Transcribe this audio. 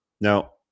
Now